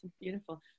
beautiful